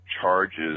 charges